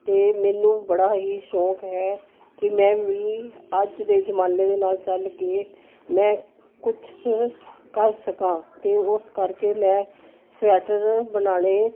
ਅਤੇ ਮੈਨੂੰ ਬੜਾ ਹੀ ਸ਼ੌਂਕ ਹੈ ਕਿ ਮੈਂ ਵੀ ਅੱਜ ਦੇ ਜਮਾਨੇ ਦੇ ਨਾਲ ਚੱਲ ਕੇ ਮੈਂ ਕੁਛ ਕੁ ਕਰ ਸਕਾਂ ਅਤੇ ਉਸ ਕਰਕੇ ਮੈਂ ਸਵੈਟਰ ਬਣਾਉਣੇ